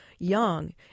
young